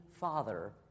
father